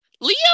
Leo